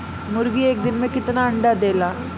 मुर्गी एक दिन मे कितना अंडा देला?